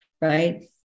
right